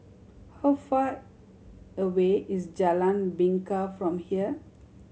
how far away is Jalan Bingka from here